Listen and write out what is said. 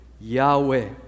Yahweh